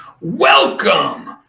Welcome